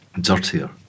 dirtier